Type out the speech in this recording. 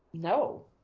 No